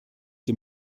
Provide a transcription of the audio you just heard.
dem